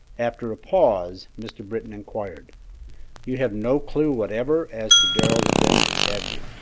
after a pause, mr. britton inquired you have no clue whatever as to darrell's identity, have you?